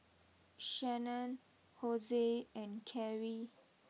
Shannan Hosie and Karie